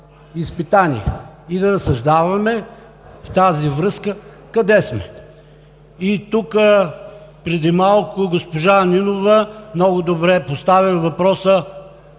изпитание, да разсъждаваме в тази връзка къде сме. Тук преди малко госпожа Нинова много добре постави въпроса